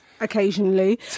occasionally